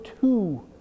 two